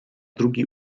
drugi